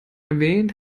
erwähnt